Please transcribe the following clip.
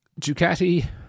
Ducati